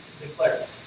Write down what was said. declares